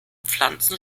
pflanzen